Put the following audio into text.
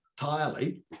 entirely